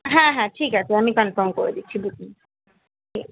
হ্যাঁ হ্যাঁ ঠিক আছে আমি কনফার্ম করে দিচ্ছি বুকিং ঠিক আছে